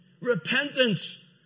Repentance